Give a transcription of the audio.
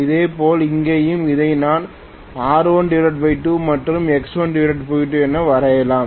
இதேபோல் இங்கேயும் இதை நான் R12 மற்றும் X12 என வரையலாம்